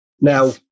Now